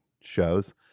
shows